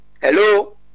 Hello